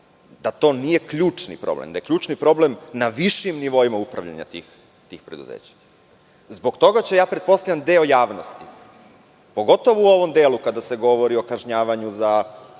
da to nije ključni problem. Ključni problem na višim nivoima upravljanja tih preduzeća. Zbog toga će, pretpostavljam, deo javnosti, pogotovo u ovom delu kada se govori o kažnjavanju za